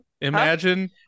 Imagine